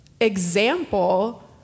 example